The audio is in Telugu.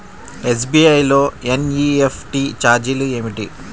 ఎస్.బీ.ఐ లో ఎన్.ఈ.ఎఫ్.టీ ఛార్జీలు ఏమిటి?